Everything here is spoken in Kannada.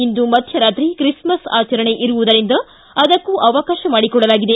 ಇಂದು ಮಧ್ಯರಾತ್ರಿ ತ್ರಿಸ್ಮಸ್ ಆಚರಣೆ ಇರುವುದರಿಂದ ಅದಕ್ಕೂ ಅವಕಾಶ ಮಾಡಿಕೊಡಲಾಗಿದೆ